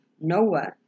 Noah